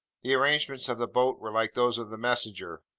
the arrangements of the boat were like those of the messenger,